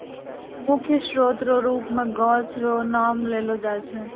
मुख्य स्रोत रो रुप मे गाछ रो नाम लेलो जाय छै